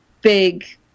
big